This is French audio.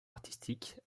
artistique